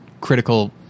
critical